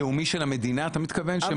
אמצעי של המדינה אתה מתכוון?